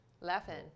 laughing